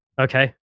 Okay